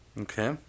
Okay